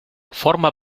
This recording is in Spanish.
forma